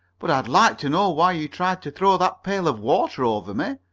but i'd like to know why you tried to throw that pail of water over me.